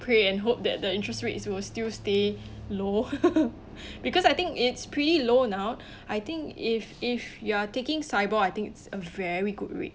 pray and hope that the interest rates will still stay low because I think it's pretty low now I think if if you are taking SIBOR I think it's a very good rate